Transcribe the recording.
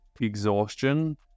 exhaustion